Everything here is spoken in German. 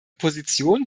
position